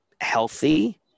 healthy